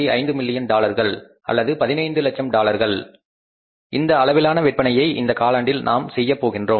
5 million டாலர்கள் அல்லது 15 லட்சம் டாலர்கள் இந்த அளவிலான விற்பனையை இந்த காலாண்டில் நாம் செய்யப் போகின்றோம்